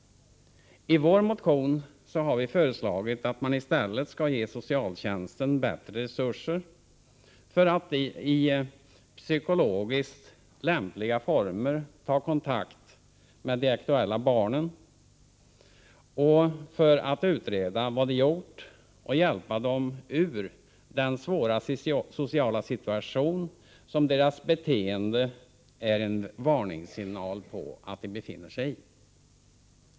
I vår motion har vi föreslagit att man i stället skall ge socialtjänsten bättre resurser för att i psykologiskt lämpliga former ta kontakt med de aktuella barnen och utreda vad de gjort och hjälpa dem ur den svåra sociala situation som deras beteende tyder på att de befinner sig i.